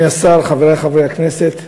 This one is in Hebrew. גברתי היושבת-ראש, אדוני השר, חברי חברי הכנסת,